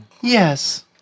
Yes